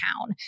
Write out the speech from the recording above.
town